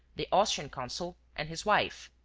the austrian consul, and his wife.